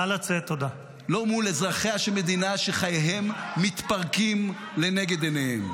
-- לא מפני אזרחיה של מדינה שחייהם מתפרקים לנגד עיניהם.